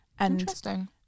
Interesting